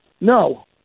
No